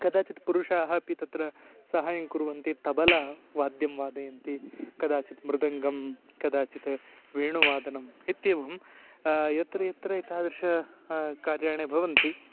कदाचित् पुरुषाः अपि तत्र सहायं कुर्वन्ति तबला वाद्यं वादयन्ति कदाचित् मृदङ्गं कदाचित् वेणुवादनम् इत्येवं यत्र यत्र तादृशकार्याणि भवन्ति